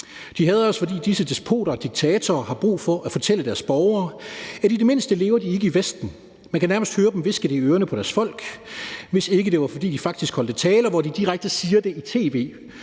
De hader os, fordi disse despoter og diktatorer har brug for at fortælle deres borgere, at i det mindste lever de ikke i Vesten. Man kan nærmest høre dem hviske det i ørerne på deres folk, hvis ikke det var, fordi de faktisk holdt taler, hvor de direkte siger det i tv,